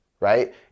right